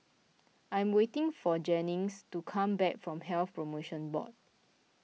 I am waiting for Jennings to come back from Health Promotion Board